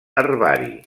herbari